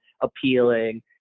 appealing